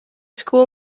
school